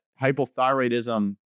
hypothyroidism